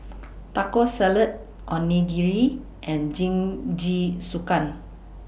Taco Salad Onigiri and Jingisukan